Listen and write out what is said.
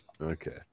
Okay